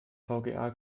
vga